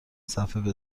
صفحه